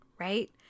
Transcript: right